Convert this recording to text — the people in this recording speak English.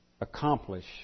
accomplish